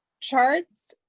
charts